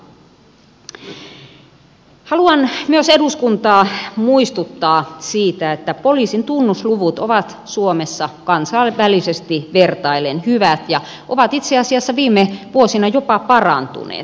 haluan myös eduskuntaa muistuttaa siitä että poliisin tunnusluvut ovat suomessa kansainvälisesti vertaillen hyvät ja ovat itse asiassa viime vuosina jopa parantuneet